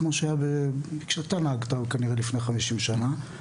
כמו שהיה כשאתה נהגת כנראה לפני 50 שנה.